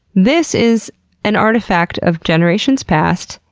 this is an artifact of generations past,